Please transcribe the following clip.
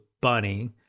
bunny